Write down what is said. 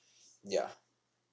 yeah